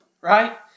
Right